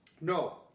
No